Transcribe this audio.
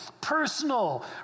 personal